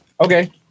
Okay